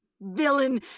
Villain